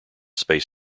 space